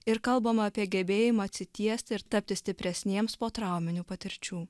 ir kalbama apie gebėjimą atsitiesti ir tapti stipresniems po trauminių patirčių